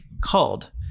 called